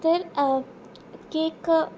तर केक